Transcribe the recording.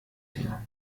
her